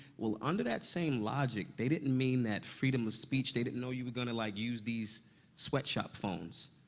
well, under that same logic, they didn't mean that freedom of speech they didn't know you were gonna, like use these sweatshop phones.